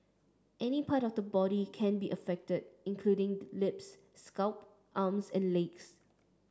any part of the body can be affected including lips scalp arms and legs